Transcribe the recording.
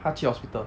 他去 hospital